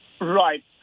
Right